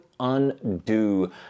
undo